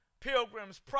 Pilgrim's